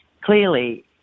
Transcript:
clearly